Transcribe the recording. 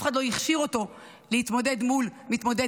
אף אחד לא הכשיר אותו להתמודד מול מתמודד